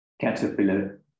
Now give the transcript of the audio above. Caterpillar